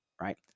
right